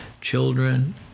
children